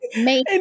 make